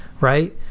right